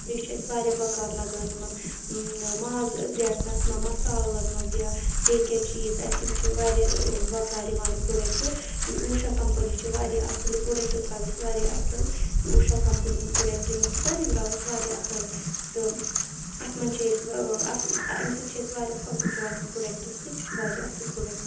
تہٕ یہِ چھُ اَسہِ واریاہ بَکار لَگان یِمَن ماز ژیٹنَس منٛز مَسالَن منٛز یا بیٚیہِ کینٛہہ چیٖز آسہِ یِم چھِ واریاہ بَکار یِوان یہِ پروڈَکٹہٕ اوٗشا کَمپٔنی چھِ واریاہ اَصٕل یہِ پروڈَکٹہٕ درٛاو اَسہِ واریاہ اَصٕل اوٗشا کَمپٔنی ہُنٛد پروڈَکٹہٕ مِکسَر یہِ درٛاو اَسہِ واریاہ اَصٕل تہٕ اَتھ منٛز چھِ أسۍ اَمہِ سۭتۍ چھِ أسۍ واریاہ فٲیدٕ تُلان اَمہِ پرٛوڈَکٹہٕ سۭتۍ یہِ چھُ واریاہ اَصٕل پرٛوڈَکٹہٕ